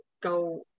go